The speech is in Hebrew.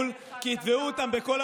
כי זה בדיוק אותו דבר,